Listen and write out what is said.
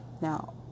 Now